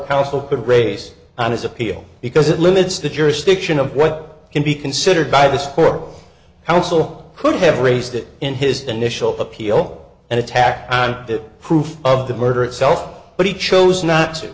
counsel could raise on his appeal because it limits the jurisdiction of what can be considered by the score housel could have raised it in his initial appeal and attack on the proof of the murder itself but he chose not to